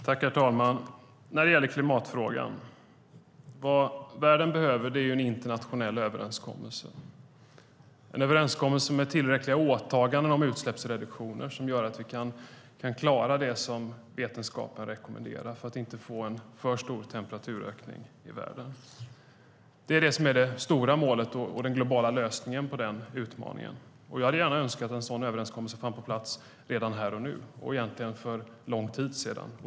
Herr talman! När det gäller klimatfrågan behöver världen en internationell överenskommelse med tillräckliga åtaganden om utsläppsreduktioner som gör att vi kan klara det som vetenskapen rekommenderar för att vi inte ska få en för stor temperaturökning i världen. Det är det stora målet och den globala lösningen på denna utmaning. Jag hade önskat att en sådan överenskommelse fanns på plats redan nu - eller för lång tid sedan.